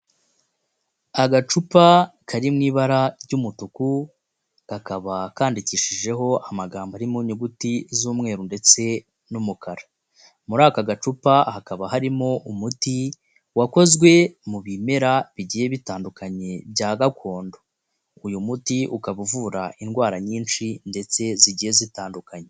Agacupa kari mu ibara ry'umutuku, kakaba kandikishijeho amagambo ari mu nyuguti z'umweru ndetse n'umukara, muri aka gacupa hakaba harimo umuti wakozwe mu bimera bigiye bitandukanye bya gakondo, uyu muti ukaba uvura indwara nyinshi ndetse zigiye zitandukanye.